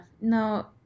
No